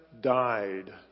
died